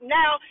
now